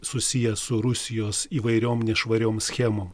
susiję su rusijos įvairiom nešvariom schemom